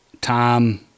tom